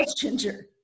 ginger